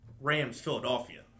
Rams-Philadelphia